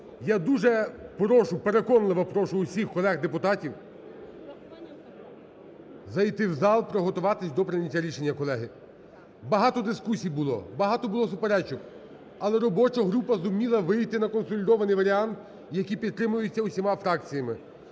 Я дуже прошу, переконливо прошу усіх колег депутатів зайти у зал, приготуватись до прийняття рішення, колеги. Багато дискусій було, багато було суперечок, але робоча група зуміла вийти на консолідований варіант, який підтримується усіма фракціями.